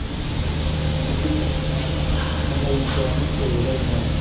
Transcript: ꯑꯗꯣ ꯃꯁꯤ ꯃꯃꯜꯅ ꯀꯌꯥꯃꯨꯛ ꯑꯣꯏꯒꯗꯕꯅꯣ